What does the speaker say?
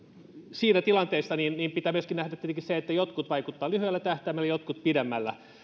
siinä tilanteessa pitää myöskin nähdä tietenkin se että jotkut vaikuttavat lyhyellä tähtäimellä jotkut pidemmällä